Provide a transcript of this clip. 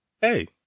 Hey